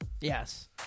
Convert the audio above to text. Yes